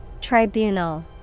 Tribunal